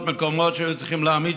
הלוואי שזה יקרה,